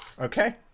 Okay